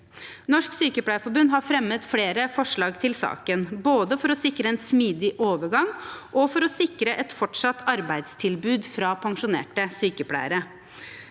Norsk Sykepleierforbund har fremmet flere forslag til saken, både for å sikre en smidig overgang og for å sikre et fortsatt arbeidstilbud for pensjonerte sykepleiere.